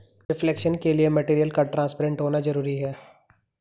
reflection के लिए material का ट्रांसपेरेंट होना जरूरी है